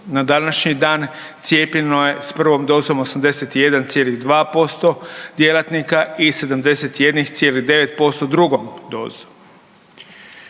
Na današnji dan cijepljeno je s prvom dozom 81,2% djelatnika i 71,9% drugom dozom.